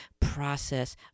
process